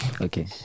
Okay